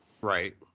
Right